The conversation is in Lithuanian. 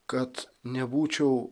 kad nebūčiau